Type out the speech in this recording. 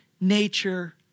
nature